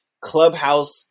Clubhouse